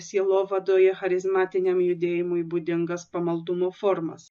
sielovadoje charizmatiniam judėjimui būdingas pamaldumo formas